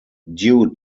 due